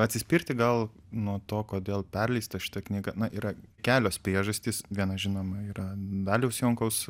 atsispirti gal nuo to kodėl perleista šita knyga na yra kelios priežastys viena žinoma yra daliaus jonkaus